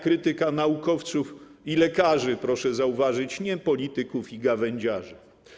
Krytyka naukowców i lekarzy” - proszę zauważyć, że nie polityków i gawędziarzy.